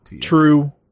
True